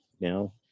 now